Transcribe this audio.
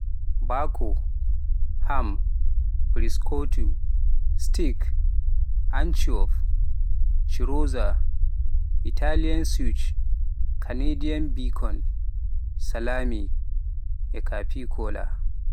Baco, Ham, Prosciutto, Steak, Anchovies, Chorizo, Italian sausage, Canadian bacon, Salami, e Capicola